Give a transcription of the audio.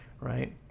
right